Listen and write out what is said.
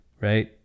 right